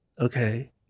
Okay